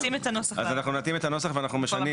אז אנחנו נתאים את הנוסח ונשנה,